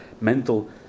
mental